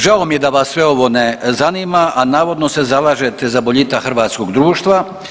Žao mi je da vas sve ovo ne zanima, a navodno se zalažete za boljitak hrvatskog društva.